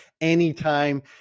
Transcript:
anytime